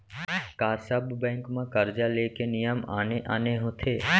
का सब बैंक म करजा ले के नियम आने आने होथे?